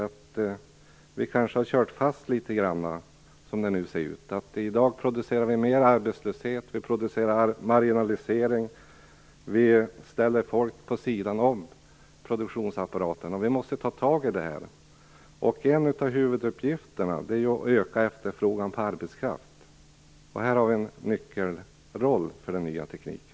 Vi har kanske kört fast litet grand. Vi producerar i dag mer av arbetslöshet och marginalisering, och vi ställer människor vid sidan om produktionsapparaten. Vi måste ta tag i det här. En av huvuduppgifterna är att öka efterfrågan på arbetskraft. Där har den nya tekniken en nyckelroll.